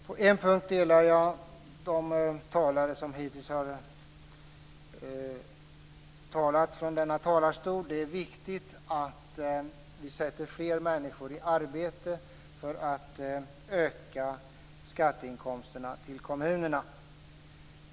På en punkt delar jag åsikterna hos de talare som hittills har talat från denna talarstol. Det är viktigt att vi sätter fler människor i arbete för att öka skatteinkomsterna till kommunerna.